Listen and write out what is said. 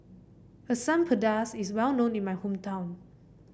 Asam Pedas is well known in my hometown